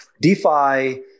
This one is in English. DeFi